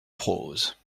prose